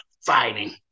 fighting